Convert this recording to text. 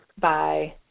Bye